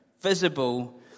visible